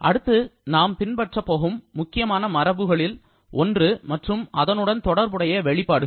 அடுத்தது நாம் பின்பற்றப் போகும் முக்கியமான மரபுகளில் ஒன்று மற்றும் அதனுடன் தொடர்புடைய வெளிப்பாடுகள்